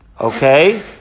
Okay